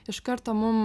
iš karto mum